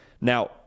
Now